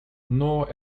nor